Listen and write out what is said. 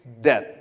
death